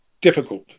difficult